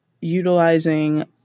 utilizing